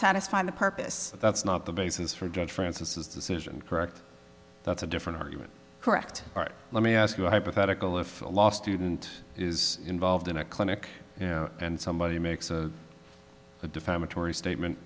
satisfy the purpose that's not the basis for judge francis is decision correct that's a different argument correct art let me ask you a hypothetical if a law student is involved in a clinic and somebody makes a defamatory statement